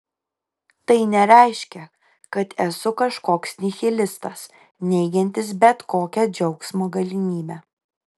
tai nereiškia kad esu kažkoks nihilistas neigiantis bet kokią džiaugsmo galimybę